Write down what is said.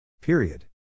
Period